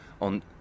on